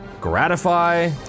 Gratify